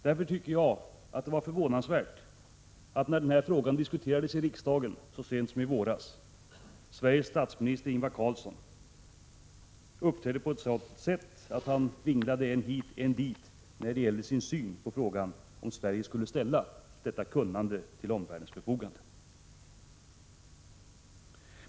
Därför tycker jag att det var förvånansvärt, när den här frågan diskuterades här i riksdagen så sent som i våras, att Sveriges statsminister Ingvar Carlsson uppträdde på ett sådant sätt att han vinglade än hit än dit när det gällde sin syn på frågan om Sverige skall ställa detta kunnande till omvärldens förfogande. Herr talman!